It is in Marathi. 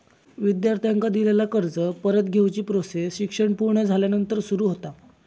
विद्यार्थ्यांका दिलेला कर्ज परत घेवची प्रोसेस शिक्षण पुर्ण झाल्यानंतर सुरू होता